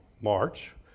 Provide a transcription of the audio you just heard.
March